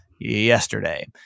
yesterday